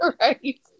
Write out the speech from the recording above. right